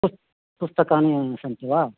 पुस् पुस्तकानि सन्ति वा